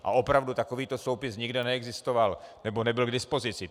A opravdu takovýto soupis nikde neexistoval, nebo nebyl k dispozici.